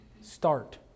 start